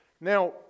Now